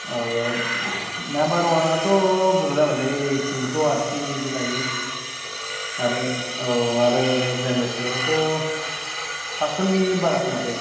number वानाथ' बुरजा जाबाय लै थिनस' आसि बिदि लायो आरो औ आरो ब्लेनदार्सफ्राथ' फासस'नि बारासो माथो